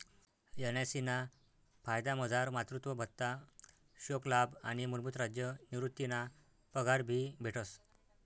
NIC ना फायदामझार मातृत्व भत्ता, शोकलाभ आणि मूलभूत राज्य निवृतीना पगार भी भेटस